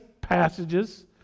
passages